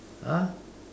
!huh!